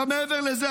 מעבר לזה,